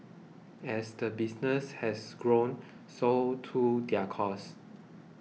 as the business has grown so too their costs